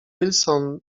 wilson